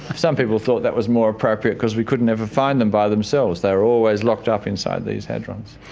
some people thought that was more appropriate because we could never find them by themselves, they were always locked up inside these hadrons.